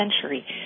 century